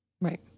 Right